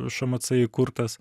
šmc įkurtas